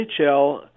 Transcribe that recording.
NHL